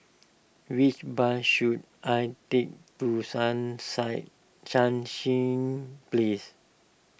which bus should I take to Sun Sai Sunshine Place